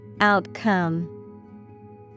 Outcome